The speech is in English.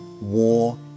war